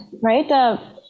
right